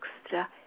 extra